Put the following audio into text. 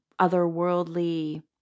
otherworldly